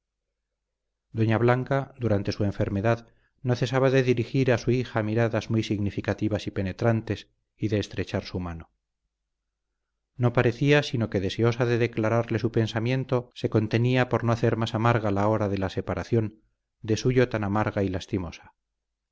doña blanca durante su enfermedad no cesaba de dirigir a su hija miradas muy significativas y penetrantes y de estrechar su mano no parecía sino que deseosa de declararle su pensamiento se contenía por no hacer más amarga la hora de la separación de suyo tan amarga y lastimosa